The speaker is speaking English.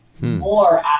more